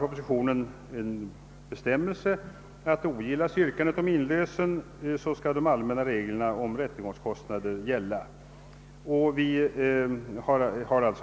Propositionens förslag innehåller på denna punkt en bestämmelse, som innebär att de allmänna reglerna om rättegångskostnader skall gälla om yrkandet om inlösen ogillas.